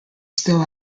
still